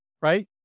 right